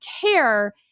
care